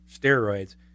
steroids